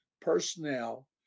personnel